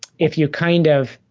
if you kind of,